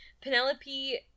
Penelope